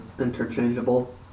interchangeable